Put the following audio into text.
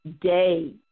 day